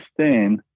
sustain